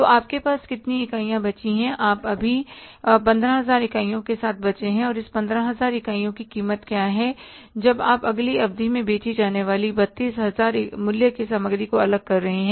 तो आपके पास कितनी इकाइयां बची हैं आप अभी 15000 इकाइयों के साथ बचे हैं और इस 15000 इकाइयों की कीमत क्या है जब आप अगली अवधि में बेची जाने वाली 32000 मूल्य की सामग्री को अलग कर रहे हैं